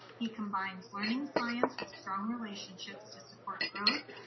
he combines learning science with strong relationships to support growth,